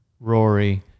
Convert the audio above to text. Rory